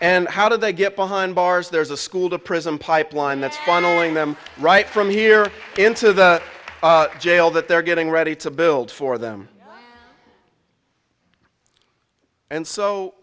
and how do they get behind bars there's a school to prison pipeline that's funneling them right from here into the jail that they're getting ready to build for them and so